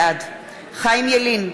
בעד חיים ילין,